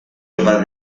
over